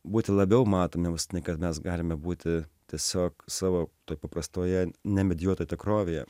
būti labiau matomiems nei kad mes galime būti tiesiog savo toj paprastoje nemedijuotoj tikrovėje